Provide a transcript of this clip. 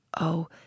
Oh